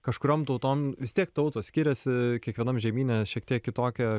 kažkuriom tautom vis tiek tautos skiriasi kiekvienam žemyne šiek tiek kitokia